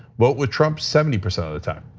vote with trump seventy percent of the time.